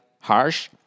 harsh